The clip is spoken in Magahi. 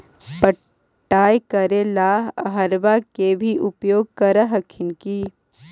पटाय करे ला अहर्बा के भी उपयोग कर हखिन की?